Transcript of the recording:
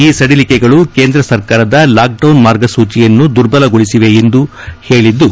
ಈ ಸಡಿಲಿಕೆಗಳು ಕೇಂದ್ರ ಸರ್ಕಾರದ ಲಾಕ್ಡೌನ್ ಮಾರ್ಗಸೂಚಿಯನ್ನು ದುರ್ಬಲಗೊಳಿಸಲಿವೆ ಎಂದು ಹೇಳಿದ್ದು